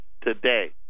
today